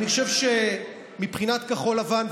אני חושב שמבחינת כחול לבן,